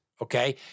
okay